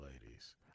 ladies